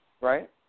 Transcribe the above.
right